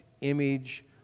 image